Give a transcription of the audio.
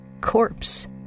corpse